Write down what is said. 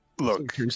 look